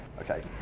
okay